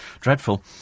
Dreadful